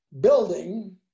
building